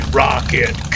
rocket